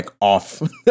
off